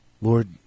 Lord